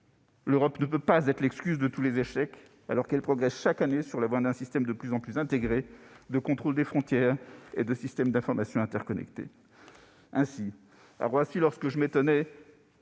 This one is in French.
L'Europe ne peut pas être l'excuse de tous les échecs, alors qu'elle progresse chaque année sur la voie d'un système de plus en plus intégré de contrôle des frontières et de systèmes d'information interconnectés. Ainsi, à Roissy, en juillet dernier,